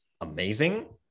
amazing